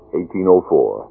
1804